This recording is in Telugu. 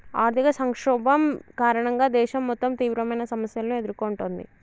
ఆర్థిక సంక్షోభం కారణంగా దేశం మొత్తం తీవ్రమైన సమస్యలను ఎదుర్కొంటుంది